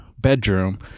bedroom